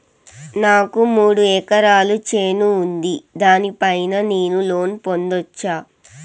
నాకు మూడు ఎకరాలు చేను ఉంది, దాని పైన నేను లోను పొందొచ్చా?